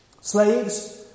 Slaves